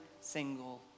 single